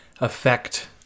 affect